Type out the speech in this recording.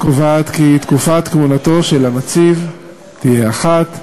קובעת כי תקופת כהונתו של הנציב תהיה אחת,